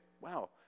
wow